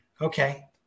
okay